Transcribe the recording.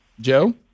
Joe